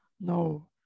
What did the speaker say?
no